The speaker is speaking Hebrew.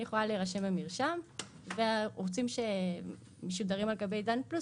אני יכולה להירשם במרשם והערוצים שמשודרים על גבי עדן פלוס,